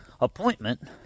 appointment